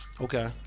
Okay